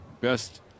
best